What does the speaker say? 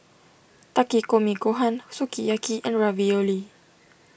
Takikomi Gohan Sukiyaki and Ravioli